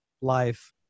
life